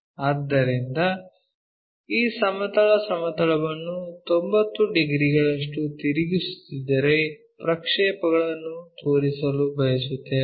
ಆದ್ದರಿಂದ ಈ ಸಮತಲ ಸಮತಲವನ್ನು 90 ಡಿಗ್ರಿಗಳಷ್ಟು ತಿರುಗಿಸುತ್ತಿದ್ದರೆ ಪ್ರಕ್ಷೇಪಗಳನ್ನು ತೋರಿಸಲು ಬಯಸುತ್ತೇವೆ